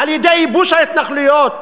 על-ידי ייבוש ההתנחלויות.